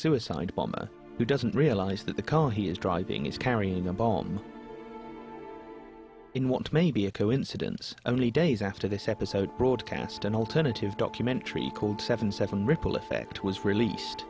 suicide bomber who doesn't realize that the car he is driving is carrying a bomb in want may be a coincidence only days after this episode broadcast an alternative documentary called seven seven ripple effect was released